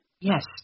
Yes